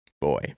boy